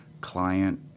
client